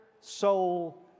soul